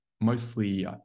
mostly